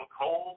cold